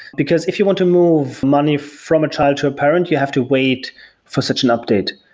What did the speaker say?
because if you want to move money from a child to a parent, you have to wait for such an update.